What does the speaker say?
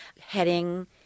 Heading